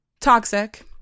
Toxic